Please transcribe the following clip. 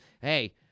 Hey